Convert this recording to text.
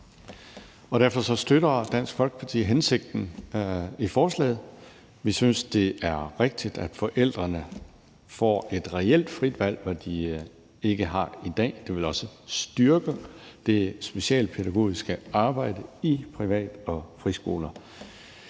Derfor støtter Dansk Folkeparti hensigten i forslaget. Vi synes, det er rigtigt, at forældrene får et reelt frit valg, hvad de ikke har i dag, og det vil også styrke det specialpædagogiske arbejde i privat- og friskoler.